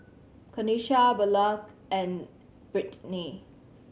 Kenisha Blanca and Brittnay